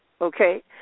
okay